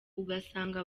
ugasanga